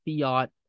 fiat